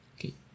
Okay